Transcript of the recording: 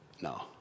No